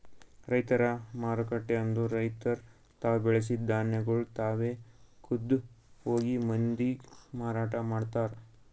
ರೈತರ ಮಾರುಕಟ್ಟೆ ಅಂದುರ್ ರೈತುರ್ ತಾವು ಬೆಳಸಿದ್ ಧಾನ್ಯಗೊಳ್ ತಾವೆ ಖುದ್ದ್ ಹೋಗಿ ಮಂದಿಗ್ ಮಾರಾಟ ಮಾಡ್ತಾರ್